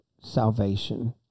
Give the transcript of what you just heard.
salvation